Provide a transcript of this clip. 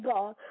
God